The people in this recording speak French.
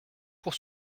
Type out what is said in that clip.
pour